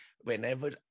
whenever